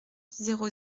zéro